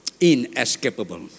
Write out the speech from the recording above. Inescapable